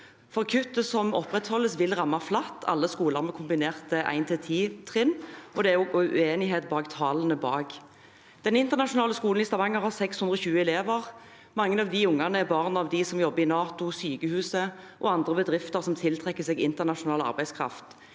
for kuttet som opprettholdes, vil ramme flatt på alle kombinerte skoler, med 1.–10. trinn. Det er også uenighet om tallene bak. Den internasjonale skolen i Stavanger har 620 elever. Mange av de ungene er barn av dem som jobber i NATO, på sykehuset og i andre bedrifter som tiltrekker seg internasjonal arbeidskraft.